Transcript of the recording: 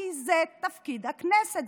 כי זה תפקיד הכנסת,